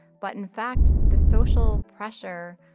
but, in fact, the social pressure,